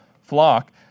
flock